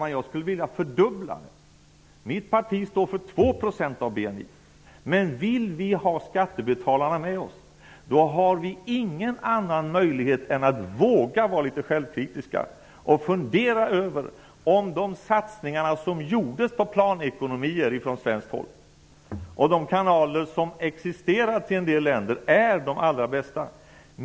Men jag är också övertygad om att om vi vill ha ett bistånd på hög nivå och vill ha skattebetalarna med oss, har vi ingen annan möjlighet än att våga vara litet självkritiska och fundera över om de satsningar på planekonomier som gjordes från svenskt håll och om de kanaler som vi haft med en del länder är de allra bästa.